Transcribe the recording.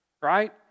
Right